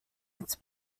its